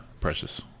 Precious